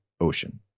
ocean